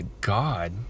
God